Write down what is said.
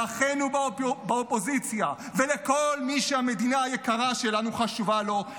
לאחינו באופוזיציה ולכל מי שהמדינה היקרה שלנו חשובה לו,